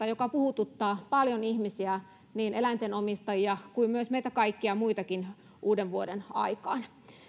joka puhututtaa paljon ihmisiä niin eläinten omistajia kuin myös meitä kaikkia muitakin uudenvuoden aikaan